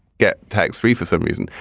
get tax free for some reason.